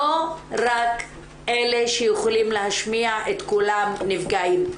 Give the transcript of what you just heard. לא רק אלה שיכולים להשמיע את קולם נפגעים.